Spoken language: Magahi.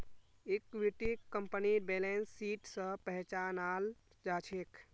इक्विटीक कंपनीर बैलेंस शीट स पहचानाल जा छेक